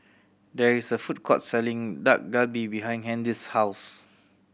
there is a food court selling Dak Galbi behind Handy's house